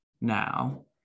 now